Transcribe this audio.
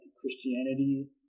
Christianity